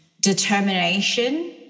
determination